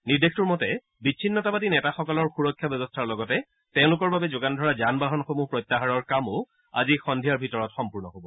নিৰ্দেশটোৰ মতে বিছিন্নতাবাদী নেতাসকলৰ সুৰক্ষা ব্যৱস্থাৰ লগতে তেওঁলোকৰ বাবে যোগান ধৰা যান বাহনসমূহ প্ৰত্যাহাৰৰ কামো আজি সন্ধিয়াৰ ভিতৰত সম্পূৰ্ণ হব